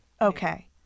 Okay